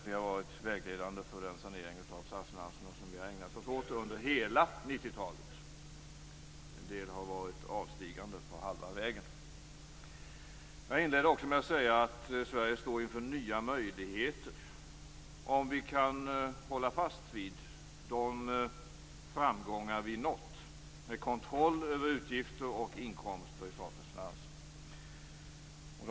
Det har varit vägledande för den sanering av statsfinanserna som vi har ägnat oss åt under hela 90-talet. En del har stigit av på halva vägen. Jag inledde också med att säga att Sverige står inför nya möjligheter om vi kan hålla fast vid de framgångar som vi har nått med kontroll över utgifter och inkomster i statens finanser.